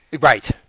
right